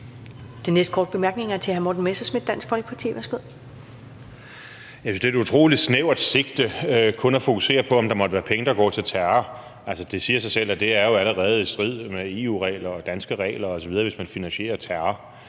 Den næste korte bemærkning er til hr. Morten Messerschmidt, Dansk Folkeparti. Værsgo. Kl. 13:38 Morten Messerschmidt (DF): Jeg synes, det er et utrolig snæver sigte kun at fokusere på, om der måtte være penge, der går til terror. Altså, det siger sig selv, at det jo allerede er i strid med EU-regler, danske regler osv., hvis man finansierer terror.